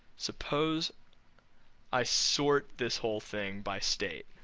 suppose i sort this whole thing by state.